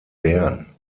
bern